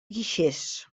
guixers